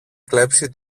κλέψει